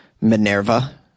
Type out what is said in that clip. Minerva